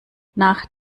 nach